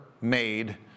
made